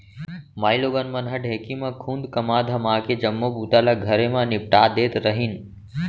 माइलोगन मन ह ढेंकी म खुंद कमा धमाके जम्मो बूता ल घरे म निपटा देत रहिन